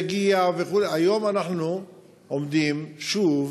פורסם, ועד שזה יגיע וכו', היום אנחנו עומדים שוב